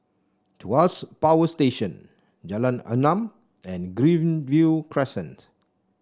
Tuas Power Station Jalan Enam and Greenview Crescent